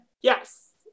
yes